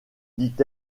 dit